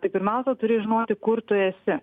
tai pirmiausia turi žinoti kur tu esi